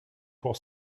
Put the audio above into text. pour